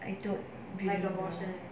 I don't believe abortion